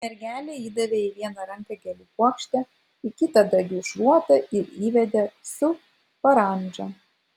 mergelei įdavė į vieną ranką gėlių puokštę į kitą dagių šluotą ir įvedė su parandža